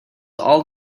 all